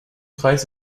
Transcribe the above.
kreis